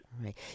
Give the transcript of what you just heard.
right